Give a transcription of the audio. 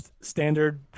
Standard